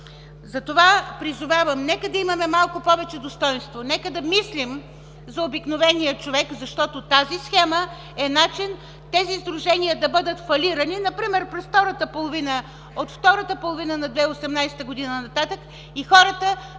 Затова призовавам: нека да имаме малко повече достойнство. Нека да мислим за обикновения човек, защото тази схема е начин тези сдружения да бъдат фалирани, например от втората половина на 2018 г. нататък, и хората